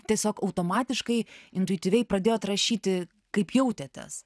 tiesiog automatiškai intuityviai pradėjot rašyti kaip jautėtės